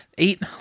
Eight